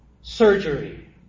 Surgery